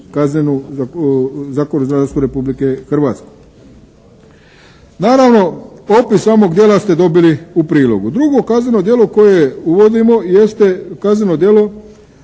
kaznenu, zakonodavstvo Republike Hrvatske. Naravno opis samog djela ste dobili u prilogu. Drugo kazneno djelo koje uvodimo jeste kazneno djelo